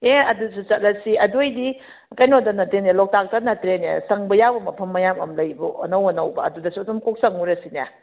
ꯑꯦ ꯑꯗꯨꯁꯨ ꯆꯠꯂꯁꯤ ꯑꯗꯨꯑꯣꯏꯗꯤ ꯀꯩꯅꯣꯗ ꯅꯠꯇꯦꯅꯦ ꯂꯣꯛꯇꯥꯛꯇ ꯅꯠꯇ꯭ꯔꯦꯅꯦ ꯆꯪꯕ ꯌꯥꯕ ꯃꯐꯝ ꯃꯌꯥꯝ ꯑꯃ ꯂꯩꯕꯨ ꯑꯅꯧ ꯑꯅꯧꯕ ꯑꯗꯨꯗꯁꯨ ꯑꯗꯨꯝ ꯀꯣꯛ ꯆꯪꯉꯨꯔꯁꯤꯅꯦ